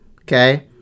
Okay